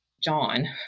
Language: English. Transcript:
John